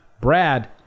Brad